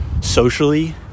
socially